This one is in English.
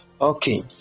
Okay